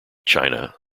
china